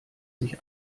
sich